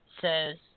says